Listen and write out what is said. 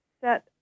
set